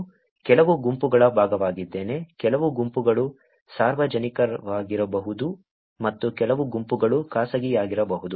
ನಾನು ಕೆಲವು ಗುಂಪುಗಳ ಭಾಗವಾಗಿದ್ದೇನೆ ಕೆಲವು ಗುಂಪುಗಳು ಸಾರ್ವಜನಿಕವಾಗಿರಬಹುದು ಮತ್ತು ಕೆಲವು ಗುಂಪುಗಳು ಖಾಸಗಿಯಾಗಿರಬಹುದು